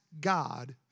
God